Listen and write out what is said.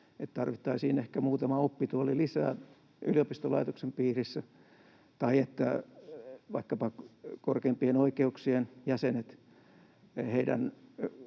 Tarvittaisiin ehkä muutama oppituoli lisää yliopistolaitoksen piirissä tai se, että vaikkapa korkeimpien oikeuksien jäsenien